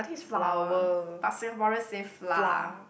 flour but Singaporean say flour